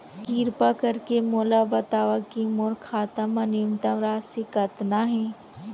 किरपा करके मोला बतावव कि मोर खाता मा न्यूनतम राशि कतना हे